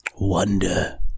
wonder